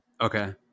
Okay